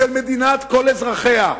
של מדינת כל אזרחיה.